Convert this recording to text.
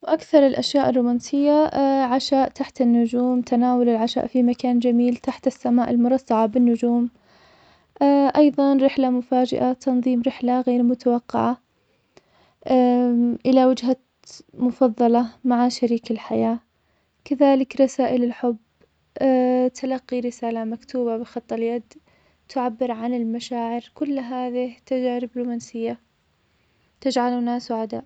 وأكثر الأشياء الرومانسية عشاء تحت النجوم, تناول العشاء في مكان جميل تحت السماء المرصعة بالنجوم, أيضا رحلة مفاجئة, تنظيم رحلة غير متوقعة, إلى وجهة مفضلة مع شريك الحياة, كذلك رسائل للحب, تلقي رسالة مكتوبة بخط اليد تعبر عن المشاعر, كل هذه تجار رومانسية, تجعلنا سعداء.